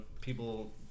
people